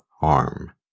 harm